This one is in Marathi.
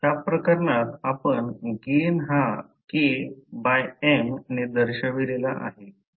या प्रकरणात आपण गेन हा KM ने दर्शविलेला आहे